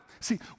See